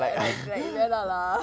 like like வேணாம்:venaam lah